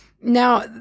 Now